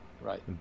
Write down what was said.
right